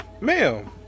Ma'am